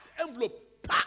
envelope